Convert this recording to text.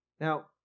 Now